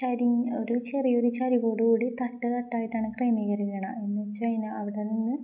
ചരി ഒരു ചെറിയ ഒരു ചരിപോട കൂടി തട്ട് തട്ടായിട്ടാണ് ക്രമീകരരിക്കണം എന്ന് വെച്ചഴഞ്ഞാ അവിടെ നിന്ന്